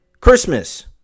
Christmas